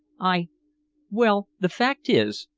i well the fact is,